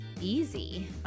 easy